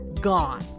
Gone